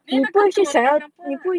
there 那个是我的 example